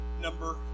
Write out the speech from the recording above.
number